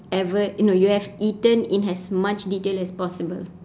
ever no you have eaten in as much detail as possible